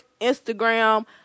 Instagram